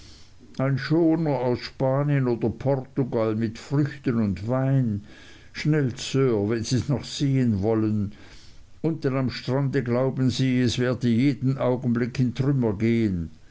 ein schoner aus spanien oder portugal mit früchten und wein schnell sir wenn sies noch sehen wollen unten am strande glauben sie es werde jeden augenblick in trümmer gehen